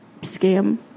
scam